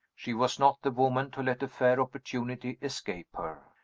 she was not the woman to let a fair opportunity escape her.